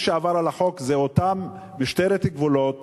מי שעבר על החוק זה אותה משטרת הגבולות,